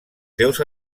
seus